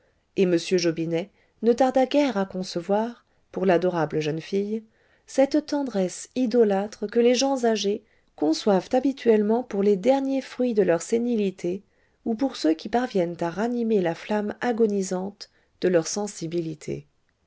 et m jobinet ne tarda guère à concevoir pour l'adorable jeune fille cette tendresse idolâtre que les gens âgés conçoivent habituellement pour les derniers fruits de leur sénilité ou pour ceux qui parviennent à ranimer la flamme agonisante de leur sensibilité